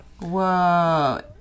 Whoa